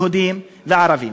יהודים וערבים.